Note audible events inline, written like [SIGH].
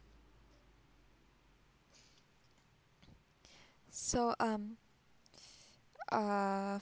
so um [BREATH] uh